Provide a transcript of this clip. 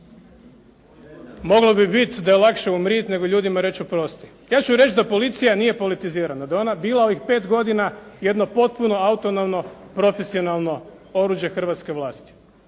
"Moglo bi bit da je lakše umrit, nego ljudima reć oprosti." Ja ću reći da policija nije politizirana, da je ona bila ovih 5 godina jedno potpuno autonomno profesionalno oružje hrvatske vlasti.